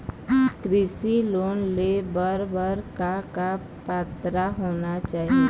कृषि लोन ले बर बर का का पात्रता होना चाही?